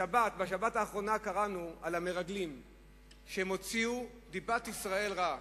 בשבת האחרונה קראנו על המרגלים שהוציאו דיבת ישראל רעה,